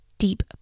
deep